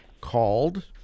called